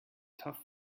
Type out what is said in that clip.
tough